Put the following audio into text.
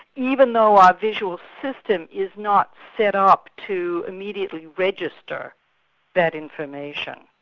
even though our visual system is not set up to immediately register that information.